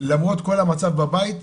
למרות כל המצב בבית,